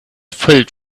filled